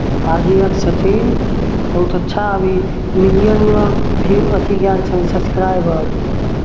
आर D X छथिन बहुत अच्छा अभी मिलियनमे भ्यू अथी गेल छनि सब्सक्राइबर